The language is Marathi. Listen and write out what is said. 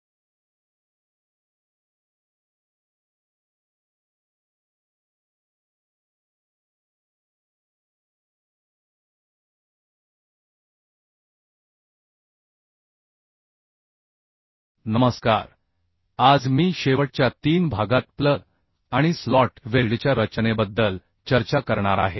नमस्कार आज मी शेवटच्या तीन भागात प्लग आणि स्लॉट वेल्डच्या रचनेबद्दल चर्चा करणार आहे